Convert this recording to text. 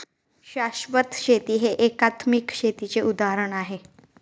शाश्वत शेती हे एकात्मिक शेतीचे उदाहरण आहे